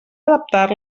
adaptar